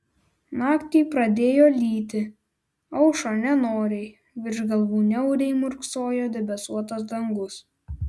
naktį pradėjo lyti aušo nenoriai virš galvų niauriai murksojo debesuotas dangus